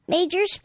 Major